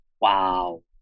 wow